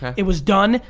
it was done,